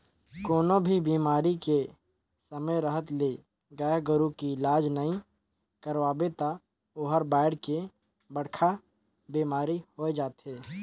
कोनों भी बेमारी के समे रहत ले गाय गोरु के इलाज नइ करवाबे त ओहर बायढ़ के बड़खा बेमारी होय जाथे